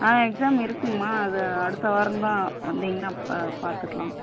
ஆ exam இருக்குதுங்கம்மா அது அடுத்த வாரம் தான் வந்தீங்கன்னா பா பார்த்துக்கலாம்